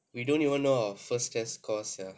we don't even know our first test scores sia